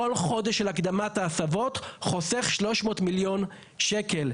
כל חודש של הקדמת ההסבות חוסך 300 מיליון שקלים.